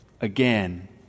again